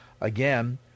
Again